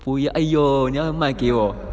不要 !aiyo! 你要卖给我